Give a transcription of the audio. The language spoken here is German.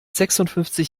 sechsundfünfzig